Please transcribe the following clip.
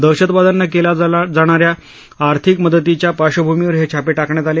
दहशतवाद्यांना केल्या जाणा या आर्थिक मदतीच्या पार्बभूमीवर हे छापे टाकण्यात आले